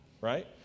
right